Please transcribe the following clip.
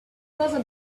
there